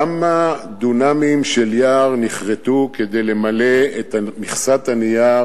כמה דונמים של יער נכרתו כדי למלא את מכסת הנייר